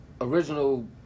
original